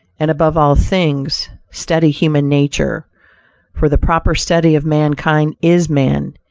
and above all things, study human nature for the proper study of mankind is man,